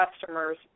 customers